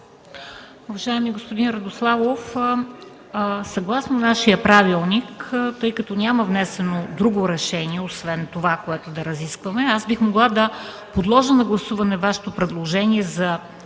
Уважаеми господин Радославов, съгласно нашия правилник, тъй като няма внесено друго решение освен това, което разискваме, аз бих могла да подложа на гласуване Вашето предложение за